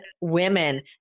women